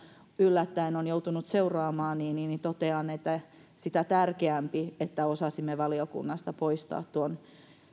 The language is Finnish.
yllättäen on joutunut seuraamaan niin niin totean että on sitä tärkeämpää että osasimme valiokunnasta poistaa nuo